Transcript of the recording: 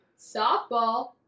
Softball